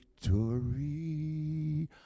victory